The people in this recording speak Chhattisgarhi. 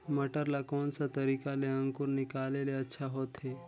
मटर ला कोन सा तरीका ले अंकुर निकाले ले अच्छा होथे?